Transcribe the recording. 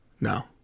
No